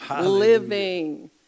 living